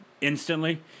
Instantly